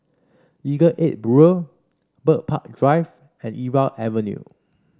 Legal Aid Bureau Bird Park Drive and Irau Avenue